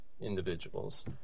individuals